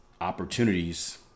opportunities